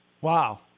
Wow